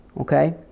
Okay